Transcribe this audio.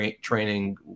training